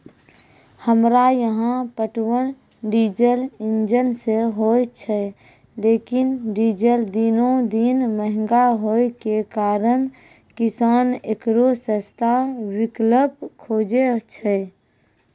हमरा यहाँ पटवन डीजल इंजन से होय छैय लेकिन डीजल दिनों दिन महंगा होय के कारण किसान एकरो सस्ता विकल्प खोजे छैय?